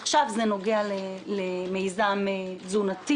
עכשיו זה נוגע למיזם תזונתי.